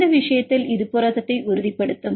இந்த விஷயத்தில் இது புரதத்தை உறுதிப்படுத்தும்